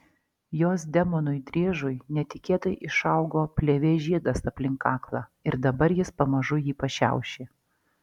jos demonui driežui netikėtai išaugo plėvės žiedas aplink kaklą ir dabar jis pamažu jį pašiaušė